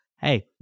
hey